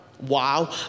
Wow